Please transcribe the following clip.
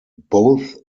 both